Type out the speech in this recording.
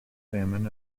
salmon